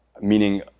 Meaning